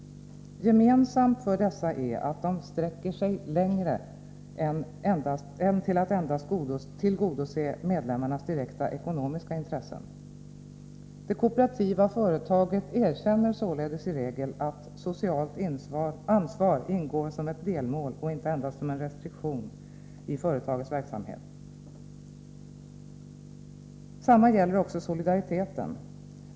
Gemensamt för dessa är att de sträcker sig längre än till att endast tillgodose medlemmens direkta ekonomiska intressen. Det kooperativa företaget erkänner således i regel att socialt ansvar ingår som ett delmål och inte endast som en restriktion i företagets verksamhet. Detsamma gäller solidaritet.